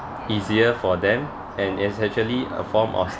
easier for them and essentially a form of